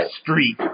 street